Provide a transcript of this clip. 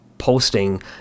posting